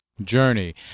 journey